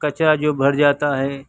کچرا جو بھر جاتا ہے